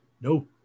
No